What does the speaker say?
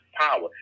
power